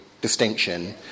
distinction